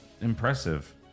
impressive